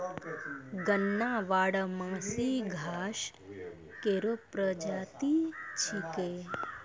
गन्ना बारहमासी घास केरो प्रजाति छिकै